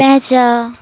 প্যাঁচা